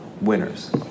winners